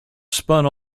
spun